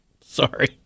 Sorry